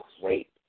great